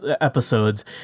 episodes